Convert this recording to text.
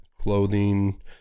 clothing